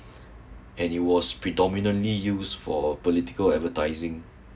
and it was predominantly used for political advertising